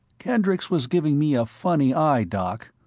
kendricks was giving me a funny eye, doc.